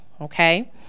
okay